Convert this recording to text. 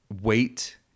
Weight